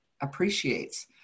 appreciates